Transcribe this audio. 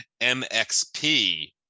mxp